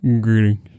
Greetings